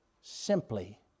simply